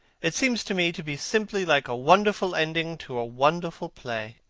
it seems to me to be simply like a wonderful ending to a wonderful play.